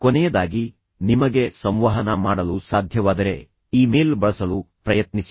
ಕೊನೆಯದಾಗಿ ನಿಮಗೆ ಸಂವಹನ ಮಾಡಲು ಸಾಧ್ಯವಾದರೆ ಇಮೇಲ್ ಬಳಸಲು ಪ್ರಯತ್ನಿಸಿ